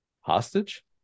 Hostage